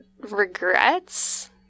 regrets